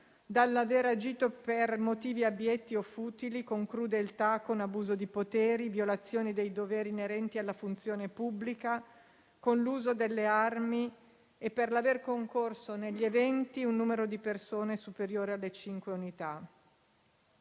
dall'aver agito per motivi abietti o futili, con crudeltà, con abuso di potere, in violazione dei doveri inerenti alla funzione pubblica, con l'uso delle armi e per l'aver concorso negli eventi un numero di persone superiore alle cinque unità.